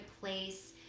place